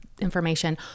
information